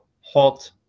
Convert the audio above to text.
halt